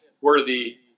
worthy